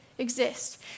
exist